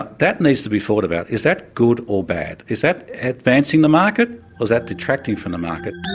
but that needs to be thought about. is that good or bad? is that advancing the market or is that detracting from the market?